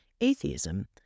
atheism